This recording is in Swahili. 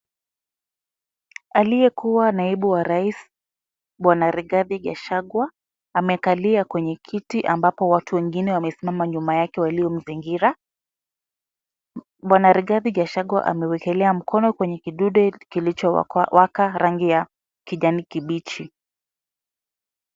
Aliyekuwa naibu wa rais, Bw. Rigathi Gachagua, amekalia kwenye kiti ambapo watu wengine wamesimama nyuma yake waliomzingira. Bw Rigathi Gachagua amewekelea mkono kwenye kidude kilichowaka rangi ya kijani kibichi.